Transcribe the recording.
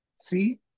see